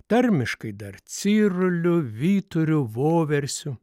tarmiškai darciruliu vyturiu voversiu